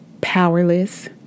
powerless